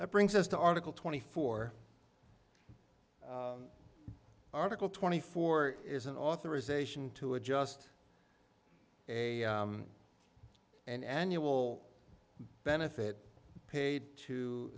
that brings us to article twenty four article twenty four is an authorization to adjust a and annual benefit paid to